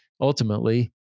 ultimately